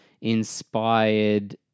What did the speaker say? inspired